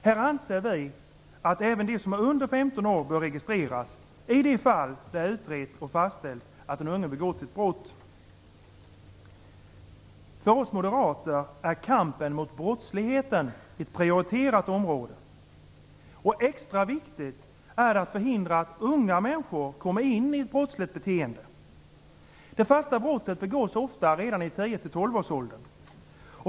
Vi anser att även de som är under 15 år bör registreras i de fall det är utrett och fastställt att den unge begått ett brott. För oss moderater är kampen mot brottsligheten ett prioriterat område. Extra viktigt är det att förhindra att unga människor kommer in i ett brottsligt beteende. Det första brottet begås ofta redan i 10-12-årsåldern.